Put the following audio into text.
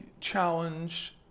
challenge